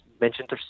mentioned